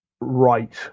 right